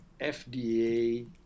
fda